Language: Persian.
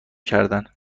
کردن